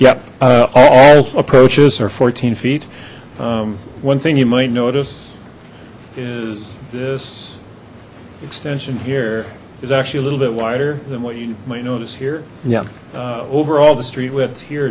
yep all approaches are fourteen feet one thing you might notice is this extension here is actually a little bit wider than what you might notice here yeah overall the street width here